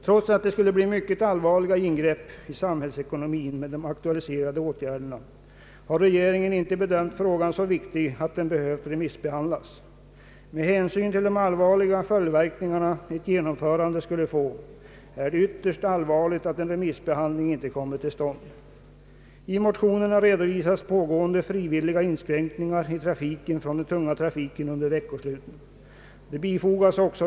Trots att det skulle bli ett mycket allvarligt ingrepp i samhällsekonomin med de aktualiserade åtgärderna har regeringen icke bedömt frågan så viktig att den behövde remissbehandlas. Med hänsyn till de allvarliga följdverkningar ett genomförande skulle få, är det ytterst beklagligt att en remissbehandling inte kommit till stånd. I motionerna redovisas pågående frivilliga inskränkningar i den tunga trafiken under veckosluten.